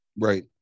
right